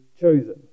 chosen